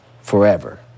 forever